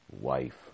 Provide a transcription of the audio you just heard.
wife